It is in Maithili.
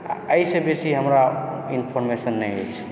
आओर एहिसँ बेसी हमरा इन्फोर्मेशन नहि अछि